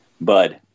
Bud